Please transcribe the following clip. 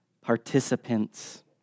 participants